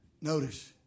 notice